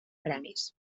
premis